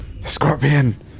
Scorpion